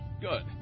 Good